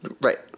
Right